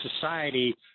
society